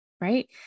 right